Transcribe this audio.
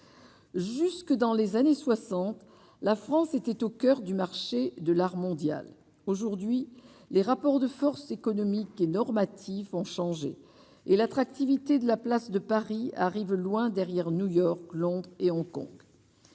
jusque dans les années 60 la France était au coeur du marché de l'art mondial aujourd'hui, les rapports de force économique et normatif ont changé et l'attractivité de la place de Paris arrive loin derrière, New-York, Londres et Hong-Kong